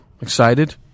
excited